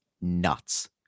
nuts